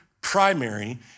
primary